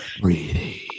Breathe